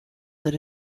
that